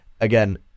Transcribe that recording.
Again